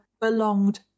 belonged